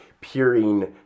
peering